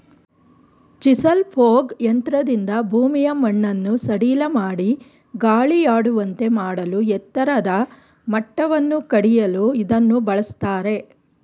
chisel plough ಯಂತ್ರದಿಂದ ಭೂಮಿಯ ಮಣ್ಣನ್ನು ಸಡಿಲಮಾಡಿ ಗಾಳಿಯಾಡುವಂತೆ ಮಾಡಲೂ ಎತ್ತರದ ಮಟ್ಟವನ್ನು ಕಡಿಯಲು ಇದನ್ನು ಬಳ್ಸತ್ತರೆ